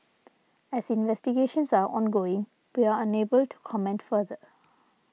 as investigations are ongoing we are unable to comment further